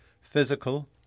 physical